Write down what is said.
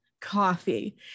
coffee